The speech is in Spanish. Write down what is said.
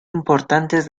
importantes